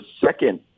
second